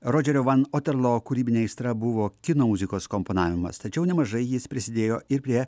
rodžerio van oterlo kūrybinė aistra buvo kino muzikos komponavimas tačiau nemažai jis prisidėjo ir prie